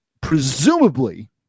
Presumably